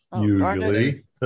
usually